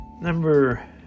Number